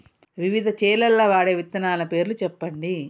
వివిధ చేలల్ల వాడే విత్తనాల పేర్లు చెప్పండి?